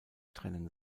trennen